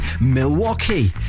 Milwaukee